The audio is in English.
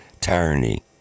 tyranny